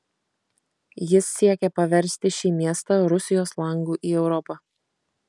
jis siekė paversti šį miestą rusijos langu į europą